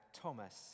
Thomas